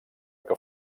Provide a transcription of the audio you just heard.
que